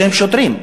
שהם שוטרים,